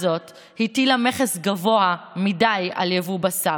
זאת הטילה מכס גבוה מדי על יבוא בשר.